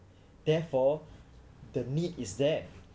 therefore the need is there